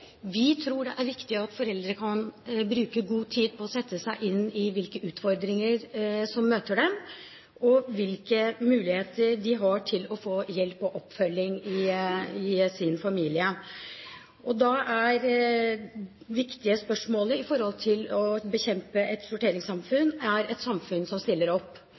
vi tror det er viktig at foreldre kan bruke god tid på å sette seg inn i hvilke utfordringer som møter dem, og hvilke muligheter de har til å få hjelp og oppfølging i sin familie. Da er det viktige spørsmålet for å bekjempe et sorteringssamfunn om samfunnet stiller opp.